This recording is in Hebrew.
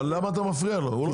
אבל למה אתה מפריע לו?